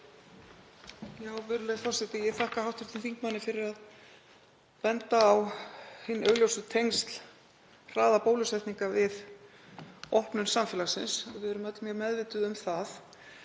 Virðulegur forseti. Ég þakka hv. þingmanni fyrir að benda á hin augljósu tengsl hraða bólusetninga við opnun samfélagsins, við erum öll mjög meðvituð um það.